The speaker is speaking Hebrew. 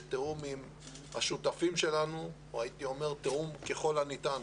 בתיאום עם השותפים שלנו - או הייתי אומר תיאום ככל הניתן,